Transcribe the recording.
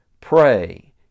Pray